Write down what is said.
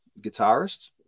guitarist